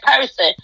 person